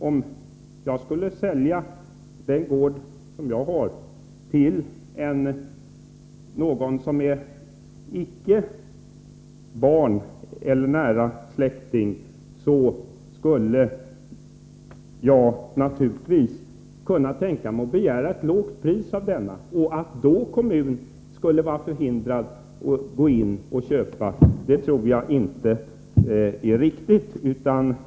Om jag skulle sälja min gård till någon som varken är barn eller nära släkting till mig, kunde jag naturligtvis tänka mig att begära ett lågt pris. Jag tror inte det är riktigt att kommunen då skulle vara förhindrad att utnyttja förköpslagen och köpa gården.